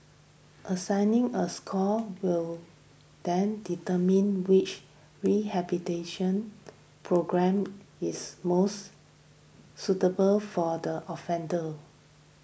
assigning a score will then determine which rehabilitation programme is most suitable for the offender